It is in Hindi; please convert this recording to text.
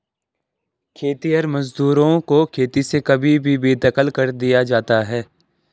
खेतिहर मजदूरों को खेती से कभी भी बेदखल कर दिया जाता है